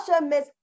Miss